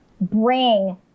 bring